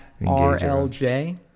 RLJ